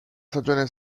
stagione